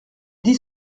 dit